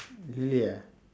really ah